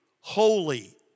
holy